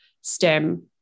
stem